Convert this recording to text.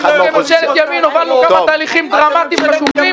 אנחנו כממשלת ימין הובלנו כמה תהליכים דרמטיים חשובים.